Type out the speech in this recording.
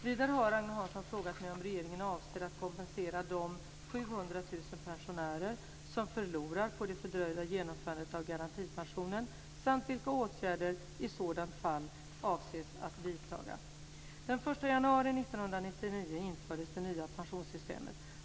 Vidare har Agne Hansson frågat mig om regeringen avser att kompensera de 700 000 pensionärer som förlorar på det fördröjda genomförandet av garantipensionen samt vilka åtgärder regeringen i sådant fall avser att vidtaga. Den 1 januari 1999 infördes det nya pensionssystemet.